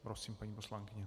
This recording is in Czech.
Prosím, paní poslankyně.